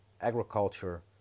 agriculture